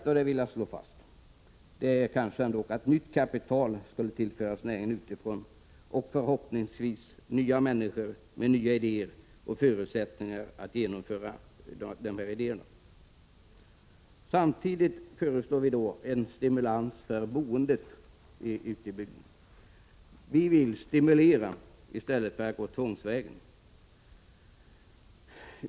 Men jag vill slå fast att det viktigaste är att nytt kapital skulle tillföras näringen utifrån och därmed förhoppningsvis också nya idéer och människor med möjligheter att förverkliga dessa. Samtidigt föreslår vi en stimulans för en ökad bosättning på landsbygden. Vi vill stimulera i stället för att gå tvångsvägen.